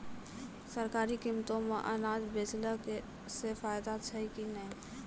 सरकारी कीमतों मे अनाज बेचला से फायदा छै कि नैय?